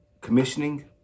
commissioning